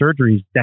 surgeries